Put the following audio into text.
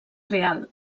real